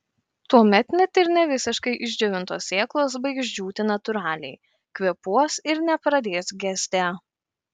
tuomet net ir ne visiškai išdžiovintos sėklos baigs džiūti natūraliai kvėpuos ir nepradės gesti